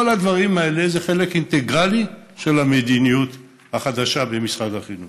כל הדברים האלה הם חלק אינטגרלי מהמדיניות החדשה של משרד החינוך.